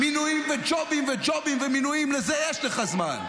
מינויים וג'ובים וג'ובים ומינויים, לזה יש לך זמן.